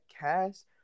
cast